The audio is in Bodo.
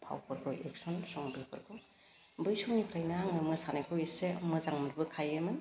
फावफोरखौ एकसन सं बेफोरखौ बै समनिफ्रायनो आङो मोसानायखौ एसे मोजां मोनबोखायोमोन